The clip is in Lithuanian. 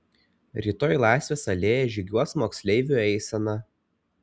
rytoj laisvės alėja žygiuos moksleivių eisena